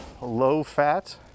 low-fat